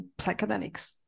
psychedelics